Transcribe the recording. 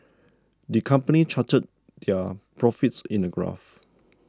the company charted their profits in a graph